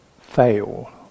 fail